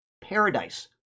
paradise